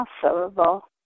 possible